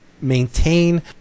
maintain